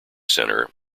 center